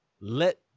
Let